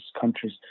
countries—